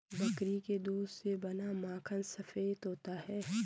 बकरी के दूध से बना माखन सफेद होता है